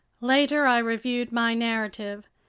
later i reviewed my narrative.